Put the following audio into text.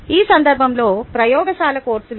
ఈ సందర్భంలో ప్రయోగశాల కోర్సులో